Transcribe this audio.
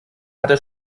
hatte